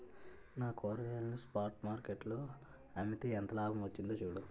నా కూరగాయలను spot market లో అమ్మితే ఎంత లాభం వచ్చిందో చూడు